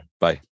Bye